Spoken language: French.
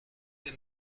tes